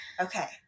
Okay